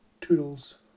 toodles